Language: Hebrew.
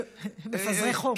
מפזרי חום.